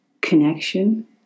connection